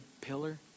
pillar